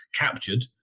captured